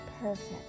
Perfect